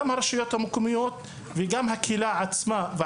גם של הוועדות המקומיות וגם של הקהילה עצמה,